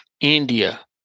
India